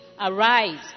Arise